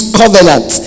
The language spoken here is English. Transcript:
covenant